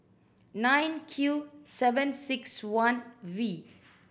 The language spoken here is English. nine Q seven six one V